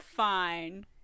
Fine